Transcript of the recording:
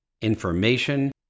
information